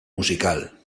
musical